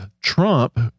Trump